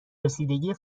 رسیدگی